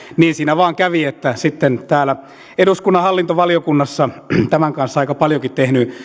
niin siinä vain kävi että sitten täällä eduskunnan hallintovaliokunnassa tämän kanssa olen aika paljonkin